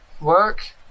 work